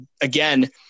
again